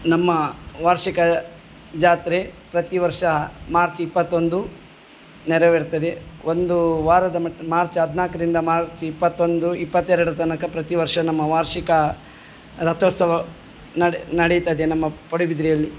ನಮ್ಮ ವಾರ್ಷಿಕ ಜಾತ್ರೆ ಪ್ರತಿ ವರ್ಷ ಮಾರ್ಚ್ ಇಪ್ಪತ್ತೊಂದು ನೆರವೇರ್ತದೆ ಒಂದು ವಾರದ ಮಟ್ಟ ಮಾರ್ಚ್ ಹದ್ನಾಲ್ಕ್ರಿಂದ ಮಾರ್ಚ್ ಇಪ್ಪತ್ತೊಂದು ಇಪ್ಪತ್ತೆರಡು ತನಕ ಪ್ರತಿ ವರ್ಷ ನಮ್ಮ ವಾರ್ಷಿಕ ರಥೋತ್ಸ ವ ನಡಿತದೆ ನಮ್ಮ ಪಡುಬಿದ್ರಿಯಲ್ಲಿ